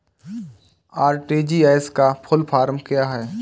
RTGS का full form क्या है?